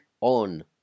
on